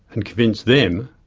and convince them,